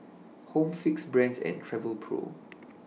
Home Fix Brand's and Travelpro